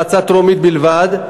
כהצעה לטרומית בלבד.